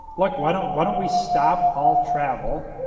look why don't why don't we stop all travel